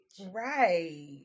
Right